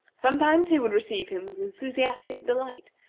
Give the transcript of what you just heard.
sometimes he would receive him with enthusiastic delight,